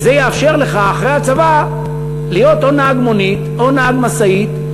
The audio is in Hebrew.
וזה יאפשר לך אחרי הצבא להיות או נהג מונית או נהג משאית,